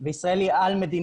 וישראל היא על מפת